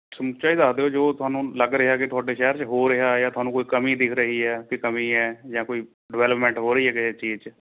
ਸਮੁੱਚਾ ਇਹ ਦੱਸ ਦਿਉ ਜੋ ਤੁਹਾਨੂੰ ਲੱਗ ਰਿਹਾ ਕਿ ਤੁਹਾਡੇ ਸ਼ਹਿਰ 'ਚ ਹੋ ਰਿਹਾ ਜਾਂ ਤੁਹਾਨੂੰ ਕੋਈ ਕਮੀ ਦਿਖ ਰਹੀ ਹੈ ਕਿ ਕਮੀ ਹੈ ਜਾਂ ਕੋਈ ਡਿਵੈਲਪਮੈਂਟ ਹੋ ਰਹੀ ਹੈ ਕਿਸੇ ਚੀਜ਼ 'ਚ